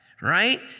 right